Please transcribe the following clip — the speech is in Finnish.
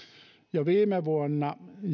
viime vuonna